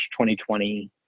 2020